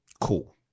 Cool